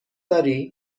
داری